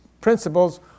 principles